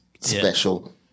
special